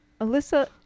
Alyssa